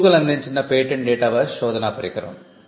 ఇది గూగుల్ అందించిన patent database శోధనా పరికరం